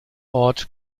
ort